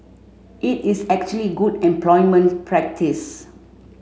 it is actually good employment practice